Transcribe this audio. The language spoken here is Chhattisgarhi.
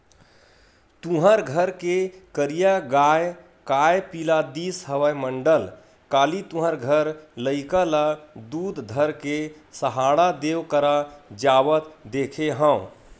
तुँहर घर के करिया गाँय काय पिला दिस हवय मंडल, काली तुँहर घर लइका ल दूद धर के सहाड़ा देव करा जावत देखे हँव?